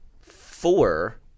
four